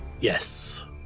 Yes